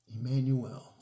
Emmanuel